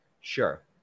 Sure